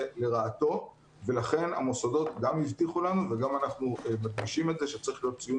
לכן המוסדות גם הבטיחו לנו וגם אנחנו מדגישים את זה שצריך להיות ציון